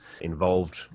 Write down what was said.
involved